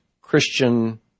Christian